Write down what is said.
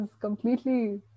completely